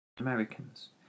Americans